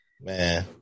man